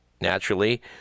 naturally